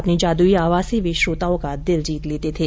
अपनी जादूई आवाज से वह श्रोताओं का दिल जीत लेते थे